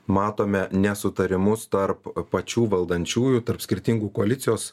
matome nesutarimus tarp pačių valdančiųjų tarp skirtingų koalicijos